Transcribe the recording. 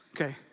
okay